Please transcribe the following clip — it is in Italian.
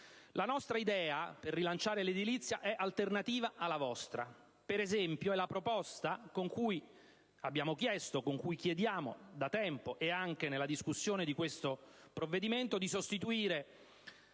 La nostra idea per rilanciare l'edilizia è alternativa alla vostra. Per esempio, vi è la proposta con cui abbiamo chiesto e chiediamo da tempo (nella discussione di questo provvedimento, con la sostituzione